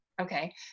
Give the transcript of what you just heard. Okay